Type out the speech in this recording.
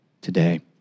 today